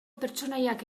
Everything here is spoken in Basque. pertsonaiak